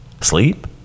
sleep